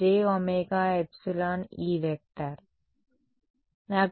j ωεE